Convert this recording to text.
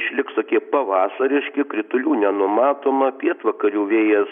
išliks tokie pavasariški kritulių nenumatoma pietvakarių vėjas